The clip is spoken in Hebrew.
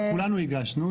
כולנו הגשנו.